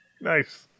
Nice